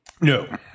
No